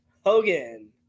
Hogan